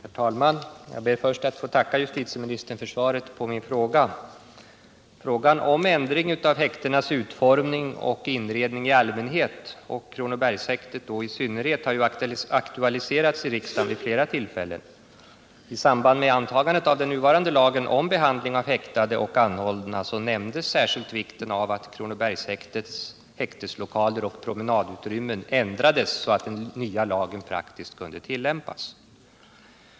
Herr talman! Jag ber först att få tacka justitieministern för svaret på min fråga. Frågan om ändring av häktenas utformning och inredning i allmänhet och Kronobergshäktets i synnerhet har aktualiserats i riksdagen vid flera tillfällen. I samband med antagandet av den nuvarande lagen om behandling av häktade och anhållna betonades särskilt vikten av att Kronobergshäktets häkteslokaler och promenadutrymmen ändrades, så att den nya lagen praktiskt kunde tillämpas.